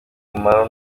umumaro